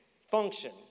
function